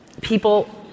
people